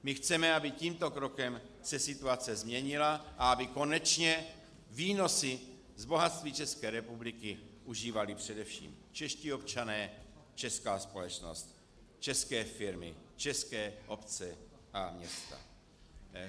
My chceme, aby tímto krokem se situace změnila a aby konečně výnosy z bohatství České republiky užívali především čeští občané, česká společnost, české firmy, české obce a města.